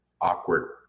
awkward